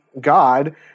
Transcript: God